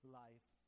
life